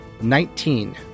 Nineteen